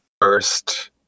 first